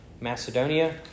Macedonia